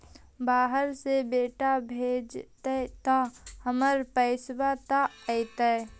बाहर से बेटा भेजतय त हमर पैसाबा त अंतिम?